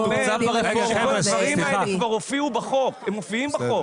הדברים האלה כבר הופיעו בחוק, הם מופיעים בחוק.